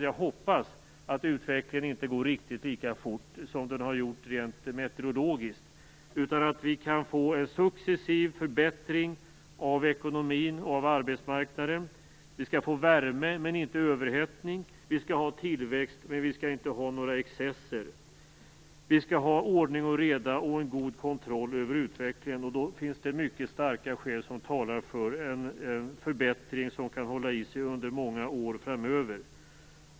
Jag hoppas att utvecklingen inte går lika fort som den har gjort rent meteorologiskt, utan att vi kan få en successiv förbättring av ekonomin och arbetsmarknaden, att vi skall få värme men inte överhettning, att vi skall ha tillväxt men inte några excesser, att vi skall ha ordning och reda och en god kontroll över utvecklingen. Då finns det mycket starka skäl som talar för en förbättring som kan hålla i sig under många år framöver.